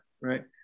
Right